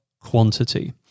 quantity